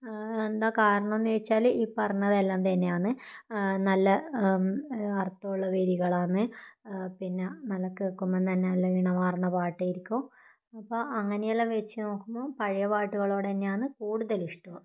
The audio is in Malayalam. എന്താ കാരണം എന്ന് ചോദിച്ചാല് ഈ പറഞ്ഞതെല്ലാം തന്നെയാന്ന് നല്ല അർത്ഥമുള്ള വരികളാണ് പിന്നെ നല്ല കേൾക്കുമ്പോൾ തന്നെ നല്ല ഈണമാർന്ന പാട്ടായിരിക്കും അപ്പം അങ്ങനെയുള്ളത് വച്ച് നോക്കുമ്പം പഴയ പാട്ടുകളോട് തന്നെയാണ് കൂടുതൽ ഇഷ്ടവും